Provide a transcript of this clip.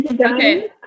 Okay